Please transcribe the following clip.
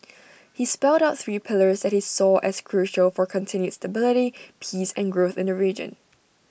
he spelt out three pillars that he saw as crucial for continued stability peace and growth in the region